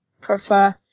prefer